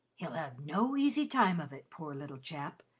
he'll have no easy time of it, poor little chap,